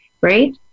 right